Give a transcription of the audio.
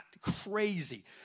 crazy